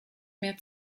mehr